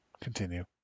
Continue